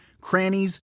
crannies